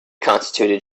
constituted